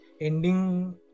ending